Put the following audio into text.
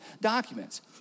documents